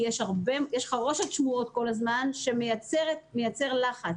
יש חרושת שמועות כל הזמן שמייצרת לחץ,